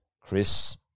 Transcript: Chris